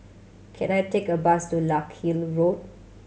can I take a bus to Larkhill Road